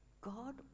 God